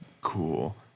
cool